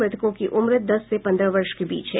मृतकों की उम्र दस से पंद्रह वर्ष के बीच है